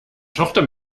tochter